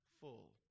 full